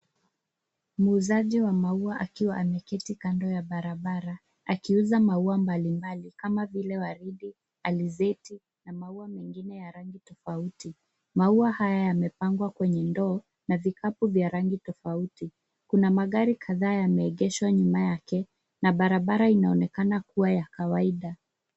Muuzaji wa maua akiwa ameketi kando ya barabara akiuza maua mbalimbali kama vile waridi, alizeti na maua mengine ya rangi tofauti. Maua haya yamepangwa kwenye ndoo na vikapu ya rangi tofauti. Kuna magari kadhaa yameegeshwa nyuma yake na barabara inaonekana kuwa ya kawaida.